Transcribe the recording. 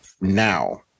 now